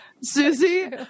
Susie